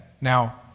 Now